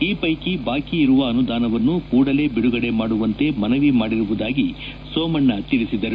ಈ ಪೈಕಿ ಬಾಕಿ ಇರುವ ಅನುದಾನವನ್ನು ಕೂಡಲೇ ಬಿಡುಗಡೆ ಮಾಡುವಂತೆ ಮನವಿ ಮಾಡಿರುವುದಾಗಿ ಸೋಮಣ್ಣ ತಿಳಿಸಿದರು